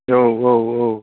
औ औ औ